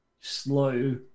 slow